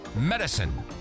medicine